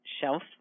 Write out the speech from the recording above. shelf